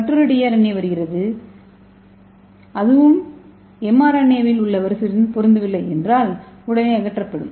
மற்றொரு டிஆர்என்ஏ வருகிறது அது எம்ஆர்என்ஏவில் உள்ள வரிசையுடன் பொருந்தவில்லை என்றால் அது அகற்றப்படும்